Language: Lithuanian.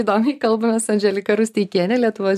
įdomiai kalbamės su andželika rusteikiene lietuvos